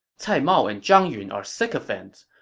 cai mao and zhang yun are sycophants.